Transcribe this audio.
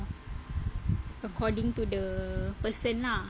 according to the person lah